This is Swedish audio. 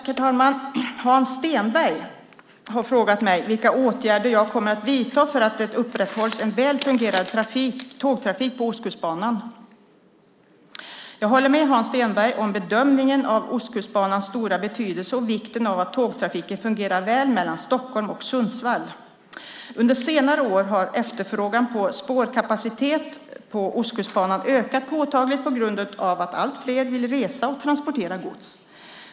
Herr talman! Hans Stenberg har frågat mig vilka åtgärder jag kommer att vidta för att det ska upprätthållas en väl fungerande tågtrafik på Ostkustbanan. Jag håller med Hans Stenberg om bedömningen av Ostkustbanans stora betydelse och vikten av att tågtrafiken fungerar väl mellan Stockholm och Sundsvall. Under senare år har efterfrågan på spårkapacitet på Ostkustbanan ökat påtagligt på grund av att allt fler vill resa och transportera gods.